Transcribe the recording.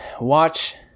watch